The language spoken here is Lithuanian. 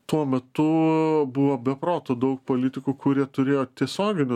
tuo metu buvo be proto daug politikų kurie turėjo tiesioginių